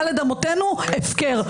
דל"ת אמותינו הפקר.